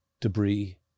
debris